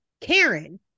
Karen